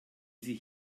sie